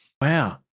Wow